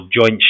joint